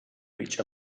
reach